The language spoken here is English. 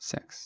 Six